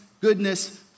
goodness